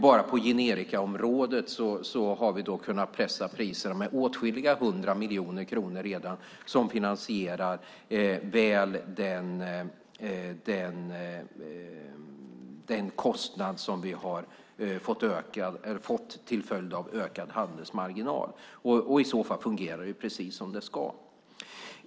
Bara på generikaområdet har vi redan kunnat pressa priserna med åtskilliga hundra miljoner kronor, som finansierar väl den kostnad som vi har fått till följd av ökad handelsmarginal. I så fall fungerar det precis som det ska.